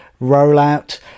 rollout